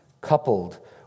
coupled